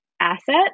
asset